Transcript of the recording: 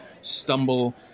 stumble